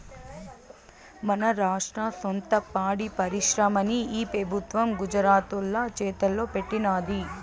మన రాష్ట్ర సొంత పాడి పరిశ్రమని ఈ పెబుత్వం గుజరాతోల్ల చేతల్లో పెట్టినాది